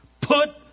Put